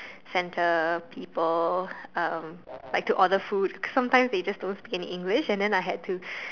centre people um like to order food sometimes they just don't speak in English and then I had to